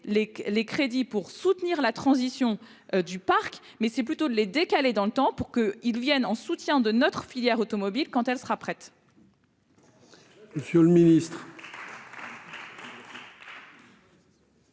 les crédits pour soutenir la transition du parc que de les décaler dans le temps, pour qu'ils viennent en soutien de notre filière automobile lorsque celle-ci sera prête.